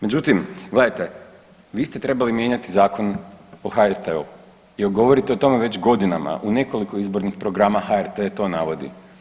Međutim, gledajte, vi ste trebali mijenjati Zakon o HRT-u jer govorite o tome već godinama, u nekoliko izbornih programa HRT to navodi.